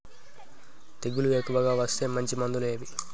తెగులు ఎక్కువగా వస్తే మంచి మందులు ఏవి?